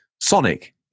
Sonic